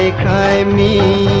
time the